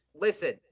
Listen